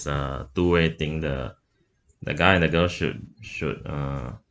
uh two way thing the the guy and the girl should should uh